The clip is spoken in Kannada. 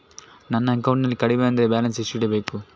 ನನ್ನ ಅಕೌಂಟಿನಲ್ಲಿ ಕಡಿಮೆ ಅಂದ್ರೆ ಬ್ಯಾಲೆನ್ಸ್ ಎಷ್ಟು ಇಡಬೇಕು?